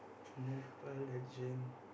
Mobile-Legend